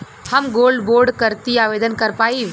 हम gold bond करती आवेदन कर पाईब?